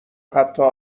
حتا